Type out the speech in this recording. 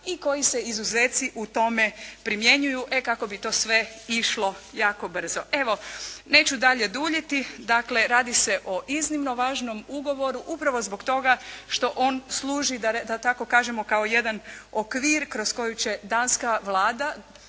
i koji se izuzeci u tome primjenjuju e kako bi to sve išlo jako brzo. Evo neću dalje duljiti. Dakle radi se o iznimno važnom ugovoru upravo zbog toga što on služi da tako kažemo kao jedan okvir kroz koji će danska Vlada,